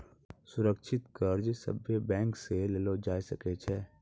सुरक्षित कर्ज सभे बैंक से लेलो जाय सकै छै